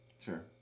Sure